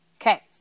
Okay